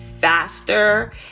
faster